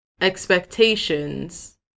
expectations